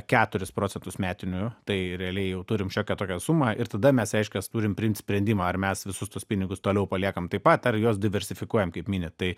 keturis procentus metinių tai realiai jau turim šiokią tokią sumą ir tada mes reiškias turim priimt sprendimą ar mes visus tuos pinigus toliau paliekam taip pat ar jos diversifikuojam kaip minit tai